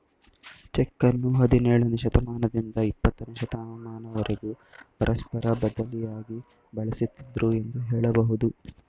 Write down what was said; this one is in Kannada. ಚೆಕ್ಕನ್ನು ಹದಿನೇಳನೇ ಶತಮಾನದಿಂದ ಇಪ್ಪತ್ತನೇ ಶತಮಾನದವರೆಗೂ ಪರಸ್ಪರ ಬದಲಿಯಾಗಿ ಬಳಸುತ್ತಿದ್ದುದೃ ಎಂದು ಹೇಳಬಹುದು